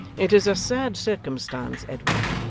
it is a sad circumstance, edward,